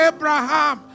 Abraham